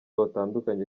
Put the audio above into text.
batandukanye